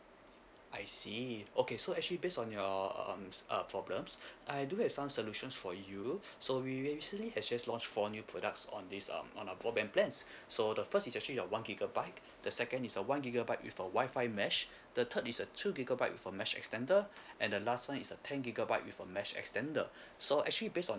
I see okay so actually based on your um uh problems I do have some solutions for you so we we recently has just launched four new products on this um on our broadband plans so the first is actually a one gigabyte the second is a one gigabyte with a wifi mesh the third is a two gigabyte with a mesh extender and the last one is a ten gigabyte with a mesh extender so actually based on